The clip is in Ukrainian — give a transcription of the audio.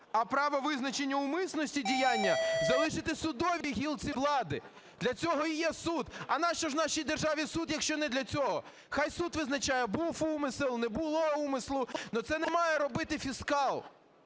а право визначення умисності діяння залишити судовій гілці влади. Для цього і є суд. А нащо ж нашій державі суд, якщо не для цього? Хай суд визначає - був умисел, не було умислу. Ну, це не має робити фіскал.